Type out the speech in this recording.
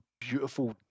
beautiful